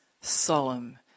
solemn